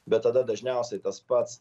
bet tada dažniausiai tas pats